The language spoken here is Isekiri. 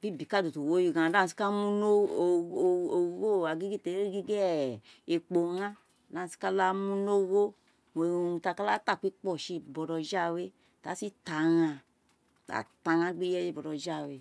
bi ibikadu ti o wi origho ghan di aghan si ka ne ogho teri gingin ekpo ghan di a si ka da mu ni ogho urun ti aka ta kpikposi bojo ghawe di a si ta ghan, erta gbe ireyé bojoghawé